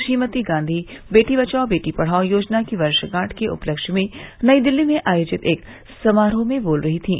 श्रीमती गांधी बेटी बचाओ बेटी पढ़ाओ योजना की वर्षगांठ के उपलक्ष्य में नई दिल्ली में आयोजित एक समारोह में बोल रही थीं